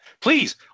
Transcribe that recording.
Please